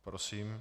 Prosím.